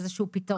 איזה שהוא פתרון?